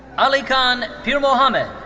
alikhan pirmohamed.